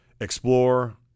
explore